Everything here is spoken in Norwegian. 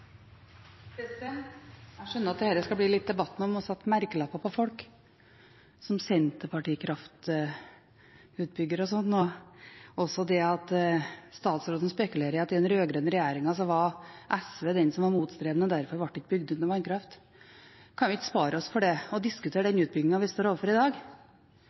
Jeg skjønner at dette blir en debatt hvor en setter merkelapper på folk, som senterpartikraftutbygger og slikt, og statsråden spekulerer i at i den rød-grønne regjeringen var det SV som var imot, og derfor ble det ikke bygd ut noe vannkraft. Kan vi ikke spare oss for det og diskutere den utbyggingen vi står overfor i dag?